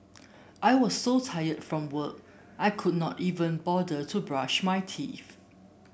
I was so tired from work I could not even bother to brush my teeth